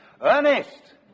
Ernest